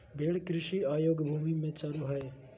भेड़ कृषि अयोग्य भूमि में चरो हइ